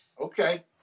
Okay